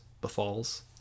Befalls